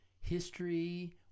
history